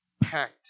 packed